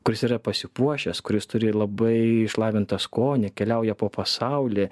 kuris yra pasipuošęs kuris turi labai išlavintą skonį keliauja po pasaulį